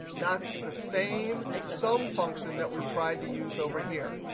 that's the same sum function that we tried to use over here.